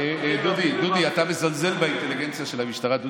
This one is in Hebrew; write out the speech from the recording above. היית צריך להגיד: אנחנו הולכים להפגין בבלפור.